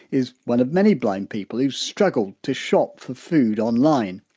is one of many blind people who's struggled to shop for food online.